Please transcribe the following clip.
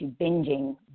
binging